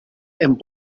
and